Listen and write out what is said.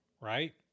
right